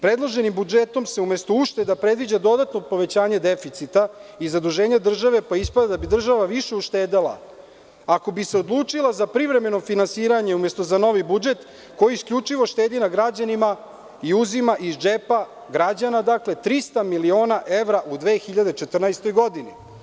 Predloženim budžetom se umesto ušteda predviđa dodatno povećanje deficita i zaduženja države, pa ispada da bi država više uštedela, ako bi se odlučila na privremeno finansiranje, umesto za novi budžet koji isključivo štedi na građanima i uzima iz džepa građana 300 miliona evra u 2014. godini.